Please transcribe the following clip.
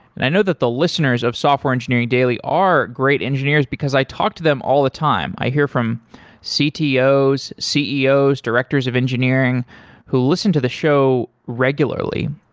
and i know that the listeners of software engineering daily are great engineers, because i talk to them all the time. i hear from ctos, ceos, directors of engineering who listen to the show regularly.